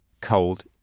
cold